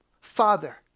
father